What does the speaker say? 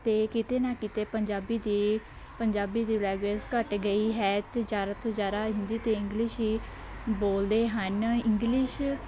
ਅਤੇ ਕਿਤੇ ਨਾ ਕਿਤੇ ਪੰਜਾਬੀ ਦੀ ਪੰਜਾਬੀ ਦੀ ਲੈਂਗੁਏਜ਼ ਘੱਟ ਗਈ ਹੈ ਅਤੇ ਜ਼ਿਆਦਾ ਤੋਂ ਜ਼ਿਆਦਾ ਹਿੰਦੀ ਅਤੇ ਇੰਗਲਿਸ਼ ਹੀ ਬੋਲਦੇ ਹਨ ਇੰਗਲਿਸ਼